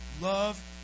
Love